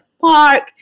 park